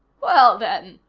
well, then,